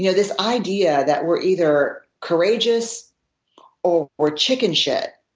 you know this idea that we're either courageous or or chicken shit